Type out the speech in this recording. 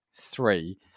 three